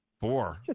Four